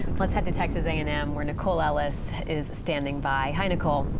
let's head to texas a and m where nicole ellis is standing by. hey, nicole.